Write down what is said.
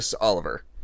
oliver